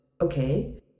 okay